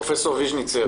פרופ' ויז'ניצר,